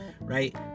Right